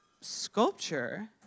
sculpture